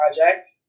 Project